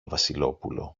βασιλόπουλο